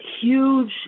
huge